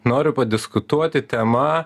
noriu padiskutuoti tema